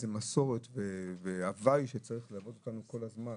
זו מסורת והווי שצריך ללוות אותנו כל הזמן,